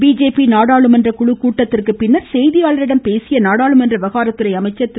BJP நாடாளுமன்ற குழு கூட்டத்திற்கு பின்னர் செய்தியாளர்களிடம் பேசிய நாடாளுமன்ற விவகாரத்துறை அமைச்சர் திரு